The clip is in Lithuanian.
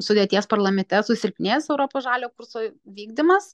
sudėties parlamente susilpnės europos žaliojo kurso vykdymas